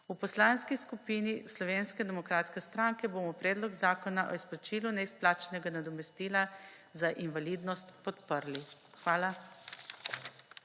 V Poslanski skupini Slovenske demokratske stranke bomo Predlog zakona o izplačilu neizplačanega nadomestila za invalidnost podprli. Hvala.